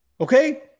okay